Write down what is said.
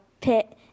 pit